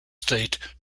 state